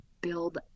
build